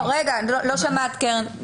לא שמעת, קרן.